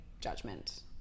judgment